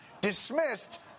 dismissed